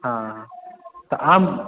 हँ तऽ आम